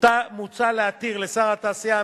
מוצע להתיר לשר התעשייה,